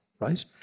right